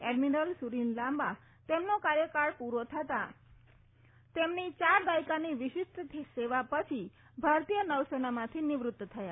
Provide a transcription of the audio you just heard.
admiral Sunil Lamba તેમનો કાર્યકાળ પૂરો થતાં તેમની ચાર દાયકાની વિશિષ્ટ સેવા પછી ભારતીય નૌસેનામાંથી નિવૃત્ત થયા